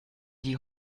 die